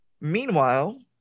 Meanwhile